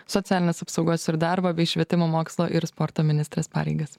socialinės apsaugos ir darbo bei švietimo mokslo ir sporto ministrės pareigas